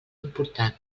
important